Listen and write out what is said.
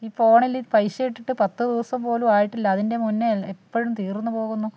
ഈ ഫോണിൽ പൈസ ഇട്ടിട്ട് പത്ത് ദിവസം പോലും ആയിട്ടില്ല അതിൻ്റെ മുന്നേ എപ്പോഴും തീർന്നു പോകുന്നു